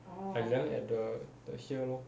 I 量 at the the here lor